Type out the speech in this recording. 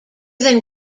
than